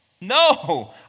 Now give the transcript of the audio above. No